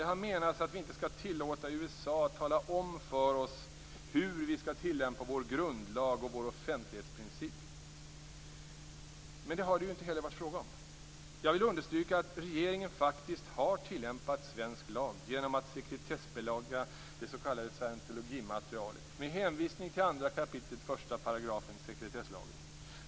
Det har menats att vi inte skall tillåta USA att tala om för oss hur vi skall tillämpa vår grundlag och vår offentlighetsprincip. Det har det inte heller varit fråga om. Jag vill understryka att regeringen faktiskt har tillämpat svensk lag genom att sekretessbelägga det s.k. scientologimaterialet med hänvisning till 2 kap. 1 § sekretesslagen.